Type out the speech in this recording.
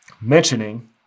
mentioning